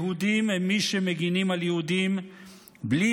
יהודים הם מי שמגינים על יהודים בלי